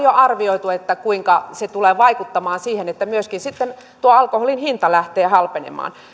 jo arvioitu kuinka se tulee vaikuttamaan siihen että myöskin sitten alkoholin hinta lähtee halpenemaan